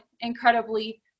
incredibly